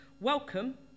Welcome